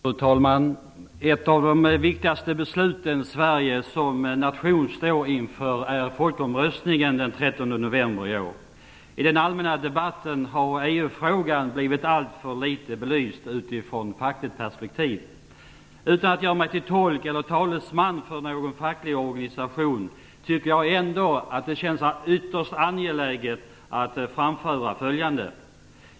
Fru talman! Ett av de viktigaste beslut Sverige som nation står inför är folkomröstningen den 13 november i år. I den allmänna debatten har EU-frågan blivit alltför litet belyst utifrån fackligt perspektiv. Utan att göra mig till tolk eller talesman för någon facklig organisation tycker jag ändå att det känns ytterst angeläget att framföra följande.